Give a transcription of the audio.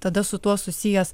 tada su tuo susijęs